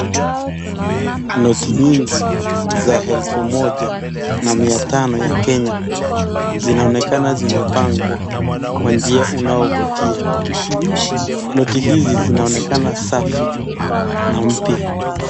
Noti nyingi za elfu moja na mia tano ya Kenya zinaonekana zimepangwa kwa njia inaofutia. Noti hizi zinaonekana safi na mpya.